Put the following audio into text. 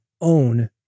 own